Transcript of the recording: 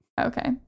Okay